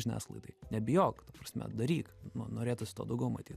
žiniasklaidai nebijok ta prasme daryk na norėtųsi to daugiau maty